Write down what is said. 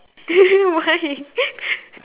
why